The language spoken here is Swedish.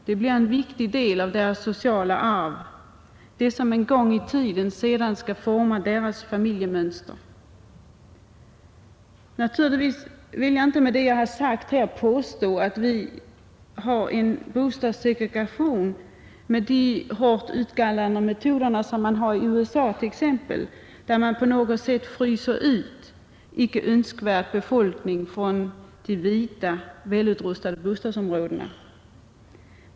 Det blir en viktig del av deras sociala arv, som en gång i tiden sedan skall forma deras familjemönster. Naturligtvis kan jag inte påstå att vi i Sverige har en bostadssegregation med de hårt utgallrande metoder som man har t.ex. i USA, där man på något sätt fryser ut icke önskvärd befolkning från de vita, välutrustade bostadsområdena.